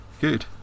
Good